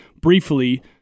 briefly